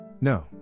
No